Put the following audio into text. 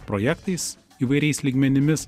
projektais įvairiais lygmenimis